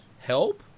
help